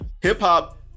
Hip-hop